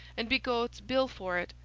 and bigot's bill for it,